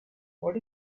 what